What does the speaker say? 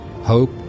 Hope